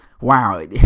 Wow